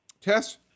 Tess